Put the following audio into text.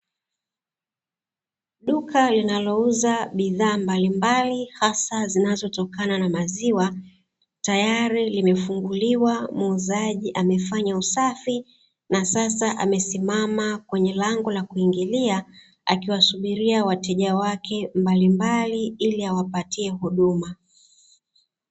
Duka linalouza bidhaa mbalimbali hasa zinazotokana na maziwa, tayari limefunguliwa, muuzaji amefanya usafi na sasa amesimama kwenye lango la kuingilia, akiwasubiria wateja wake mbalimbali ili awapatie huduma.